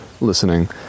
listening